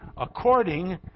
according